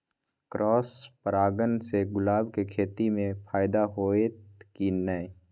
Cross परागण से गुलाब के खेती म फायदा होयत की नय?